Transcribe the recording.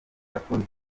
yakoze